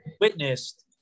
witnessed